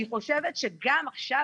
אני חושבת שגם עכשיו,